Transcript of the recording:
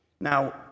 Now